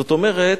זאת אומרת,